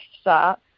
start